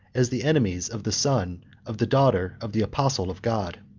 as the enemies of the son of the daughter of the apostle of god.